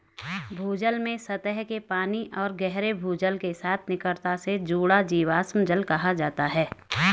भूजल में सतह के पानी और गहरे भूजल के साथ निकटता से जुड़ा जीवाश्म जल कहा जाता है